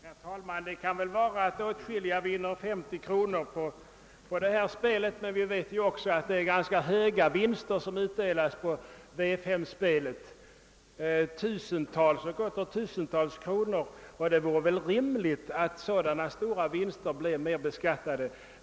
Herr talman! Det må så vara att åtskilliga vinnare får vinster på 50 kronor, men det förekommer ju inte så sällan på V-5-spel att också ganska höga vinster betalas ut, vinster på flera tusental kronor. Det är väl rimligt att så stora vinster blir beskattade.